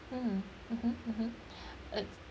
mm mmhmm mmhmm uh